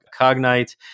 Cognite